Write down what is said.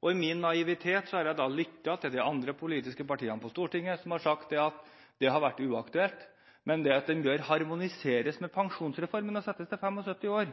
om. I min naivitet har jeg lyttet til de andre politiske partiene på Stortinget, som har sagt at det har vært uaktuelt, men at aldersgrensen bør harmoniseres med pensjonsreformen og settes til 75 år.